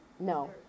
No